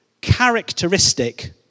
characteristic